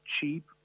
cheap